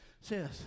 says